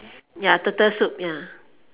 ya turtle soup ya